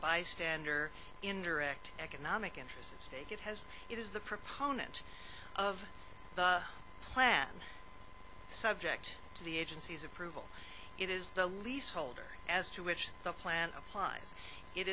bystander indirect economic interest at stake it has it is the proponent of the plan subject to the agency's approval it is the lease holder as to which the plant appl